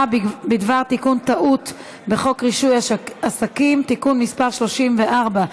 בדבר תיקון טעות בחוק רישוי עסקים (תיקון מס' 34),